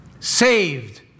saved